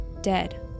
dead